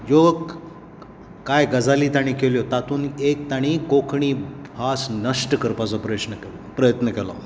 ज्यो कांय गजाली ताणी केल्यो तातूंत एक तांणी कोंकणी भास नश्ट करपाचो प्रस्न प्रश्न केलो प्रयत्न केलो